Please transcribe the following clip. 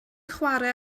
chwarae